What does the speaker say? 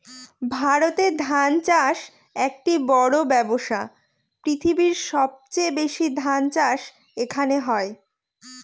ভারতে ধান চাষ একটি বড়ো ব্যবসা, পৃথিবীর সবচেয়ে বেশি ধান চাষ এখানে হয়